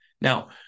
now